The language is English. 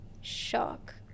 shock